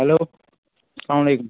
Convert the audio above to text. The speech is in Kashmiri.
ہیٚلو سلام علیکُم